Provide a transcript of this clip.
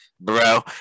bro